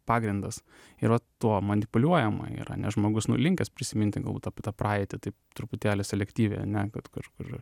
pagrindas yra tuo manipuliuojama yra nes žmogus nu linkęs prisiminti galbūt apie praeitį taip truputėlį selektyviai ane kad kur kur